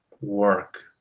work